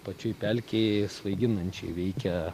pačioj pelkėj svaiginančiai veikia